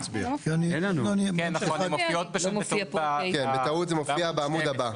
זה מופיע בטעות בעמוד הבא,